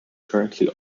currently